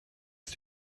ist